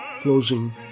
Closing